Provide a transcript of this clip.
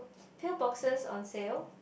pill boxes on sale